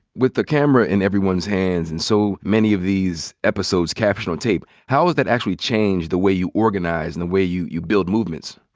with the camera in everyone's hands and so many of these episodes captured on tape, how has that actually changed the way you organize and the way you you build movements?